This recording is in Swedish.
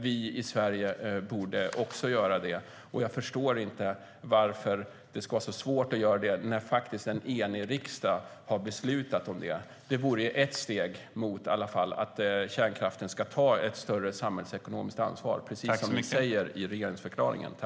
Vi i Sverige borde också göra det. Jag förstår inte varför det ska vara så svårt att göra det när en enig riksdag har beslutat om det. Det vore ett steg mot att kärnkraften ska ta ett större samhällsekonomiskt ansvar, precis som ni säger i regeringsförklaringen.